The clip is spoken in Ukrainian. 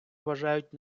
вважають